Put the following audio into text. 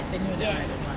yes